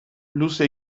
luze